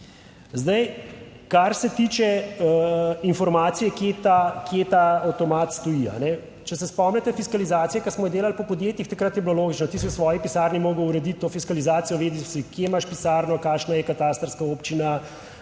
Zdaj, kar se tiče informacije kje ta avtomat stoji, če se spomnite fiskalizacije, ki smo jo delali po podjetjih takrat je bilo logično, ti si v svoji pisarni moral urediti to fiskalizacijo, vedel si kje imaš pisarno, kakšna je katastrska občina,